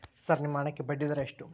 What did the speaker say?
Sir ನಿಮ್ಮ ಹಣಕ್ಕೆ ಬಡ್ಡಿದರ ಎಷ್ಟು?